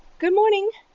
good morning.